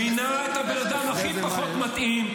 -- מינה את הבן אדם הכי פחות מתאים,